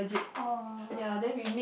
oh